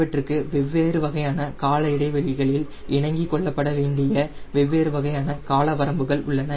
இவற்றுக்கு வெவ்வேறு வகையான கால இடைவெளிகளில் இணங்கிக் கொள்ளப்பட வேண்டிய வெவ்வேறு வகையான கால வரம்புகள் உள்ளன